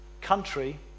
country